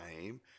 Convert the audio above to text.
name